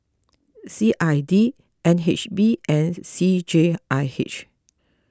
C I D N H B and C J I H